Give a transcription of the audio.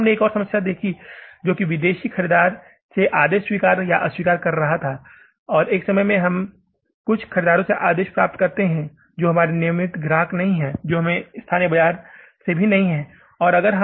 और फिर हमने एक और समस्या की है जो विदेशी खरीदार से आदेश को स्वीकार या अस्वीकार कर रहा है कि एक समय में हमें कुछ खरीदारों से आदेश प्राप्त होता है जो हमारे नियमित ग्राहक नहीं हैं जो हमारे स्थानीय बाजार से भी नहीं हैं